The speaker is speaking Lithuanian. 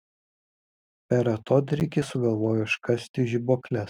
per atodrėkį sugalvojo iškasti žibuokles